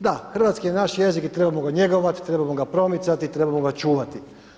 Da, hrvatski je naš jezik i trebamo ga njegovati, trebamo ga promicati i trebamo ga čuvati.